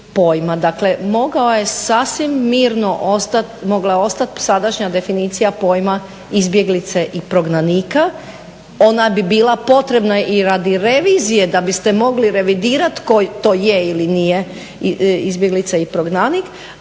Dakle, mogao je sasvim mirno ostati, mogla je ostati sadašnja definicija pojma izbjeglice i prognanika, ona bi bila potrebna i radi revizije da biste mogli revidirati tko to je ili nije izbjeglica i prognanik